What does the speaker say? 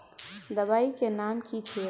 दबाई के नाम की छिए?